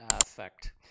effect